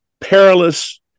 perilous